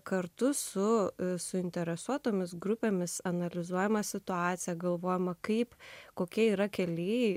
kartu su suinteresuotomis grupėmis analizuojama situacija galvojama kaip kokie yra keliai